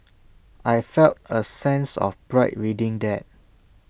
I felt A sense of pride reading that